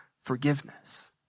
forgiveness